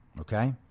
Okay